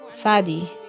Fadi